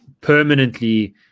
permanently